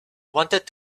wanted